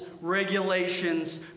regulations